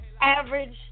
average